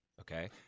Okay